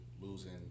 losing –